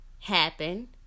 happen